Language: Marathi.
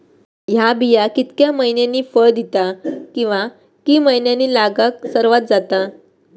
हया बिया कितक्या मैन्यानी फळ दिता कीवा की मैन्यानी लागाक सर्वात जाता?